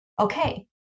Okay